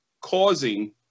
causing